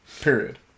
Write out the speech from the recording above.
Period